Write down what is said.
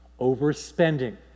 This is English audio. overspending